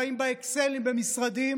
חיים באקסלים במשרדים,